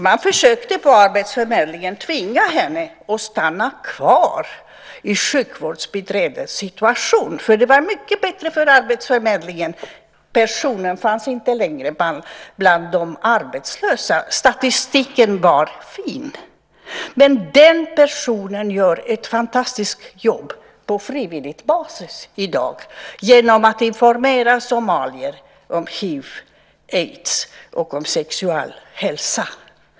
Man försökte på arbetsförmedlingen tvinga henne att stanna kvar i en sjukvårdsbiträdessituation, för det var mycket bättre för arbetsförmedlingen då personen inte längre fanns bland de arbetslösa. Statistiken var fin. Men den personen gör ett fantastiskt jobb på frivillig basis i dag genom att informera somalier om hiv/aids och om sexualhälsa.